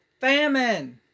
famine